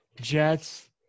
Jets